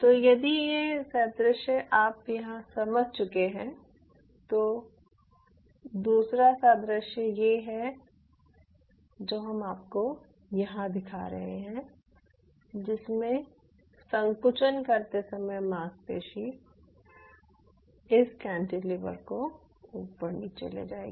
तो यदि यह सादृश्य आप यहां समझ चुके हैं तो दूसरा सादृश्य है जो हम आपको यहाँ दिखा रहे हैं जिसमें संकुचन करते समय मांसपेशी इस कैंटिलीवर को ऊपर नीचे ले जाएगी